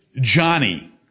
Johnny